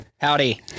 howdy